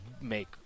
make